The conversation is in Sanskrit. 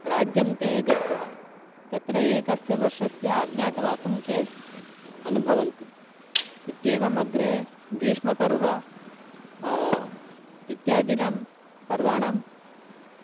राज्यं ते गत्वा तत्र एकस्य वर्षस्य अज्ञातवासं ते अनुभवन्ति इत्येवम् अग्रे भीष्मपर्व इत्यादीनां पर्वणां